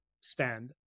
spend